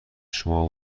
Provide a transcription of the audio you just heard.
شما